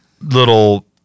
little